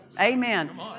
Amen